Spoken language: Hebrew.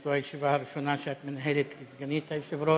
זו הישיבה הראשונה שאת מנהלת כסגנית היושב-ראש.